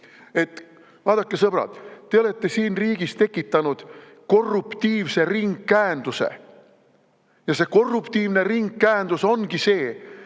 jõua. Vaadake, sõbrad, te olete siin riigis tekitanud korruptiivse ringkäenduse. Ja see korruptiivne ringkäendus ongi see,